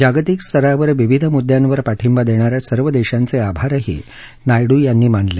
जागतिक स्तरावर विविध मुद्यांवर पाठींबा देणाऱ्या सर्व देशांचे आभारही नायडू यांनी मानले